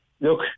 look